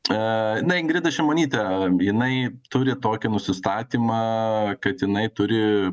a na ingrida šimonytė jinai turi tokį nusistatymą kad jinai turi